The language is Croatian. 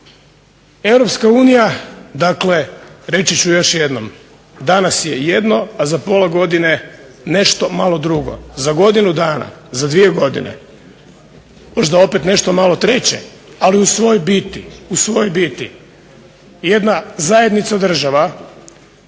Europska unija, dakle reći ću još jednom, danas je jedno, a za pola godine nešto malo drugo. Za godinu dana, za dvije godine možda opet nešto malo treće, ali u svojoj biti jedna zajednica država